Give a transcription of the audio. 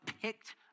picked